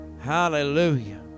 Hallelujah